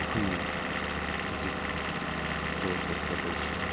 ꯑꯩꯈꯣꯏ ꯍꯧꯖꯤꯛ sources of ꯋꯥꯇꯔꯁꯤ